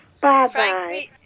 Bye-bye